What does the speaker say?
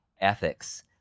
ethics